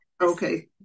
Okay